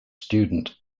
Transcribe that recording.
student